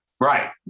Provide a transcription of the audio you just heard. right